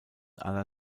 aller